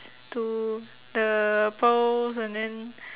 to the pearls and then